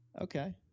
okay